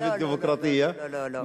לפגיעה בדמוקרטיה.) לא, אדוני.